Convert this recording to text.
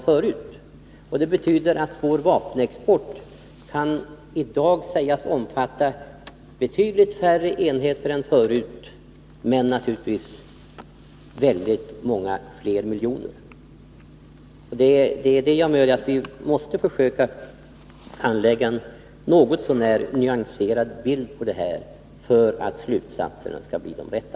Det betyder att vår vapenexport i dag kan sägas omfatta betydligt färre enheter än förut men till en kostnad av väldigt många fler miljoner. Vi måste alltså försöka skaffa oss en något så när nyanserad bild av det här för att slutsatserna skall bli de rätta.